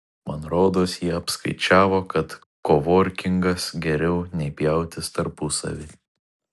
man rodos jie apskaičiavo kad kovorkingas geriau nei pjautis tarpusavy